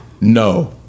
No